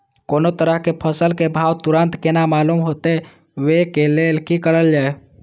कोनो तरह के फसल के भाव तुरंत केना मालूम होते, वे के लेल की करल जाय?